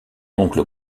oncle